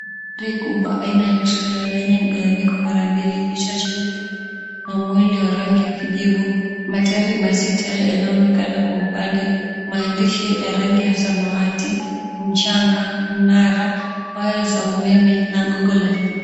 Lori kubwa aina ya trela lenye mgawanyiko mara mbili. Kichwa cheupe na mwili wa rangi ya kijivu, matairi masita yanayoonekana kwa upande. Maandishi ya rangi ya samawati, mchanga, mnara, waya za umeme na gogo la stima.